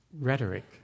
rhetoric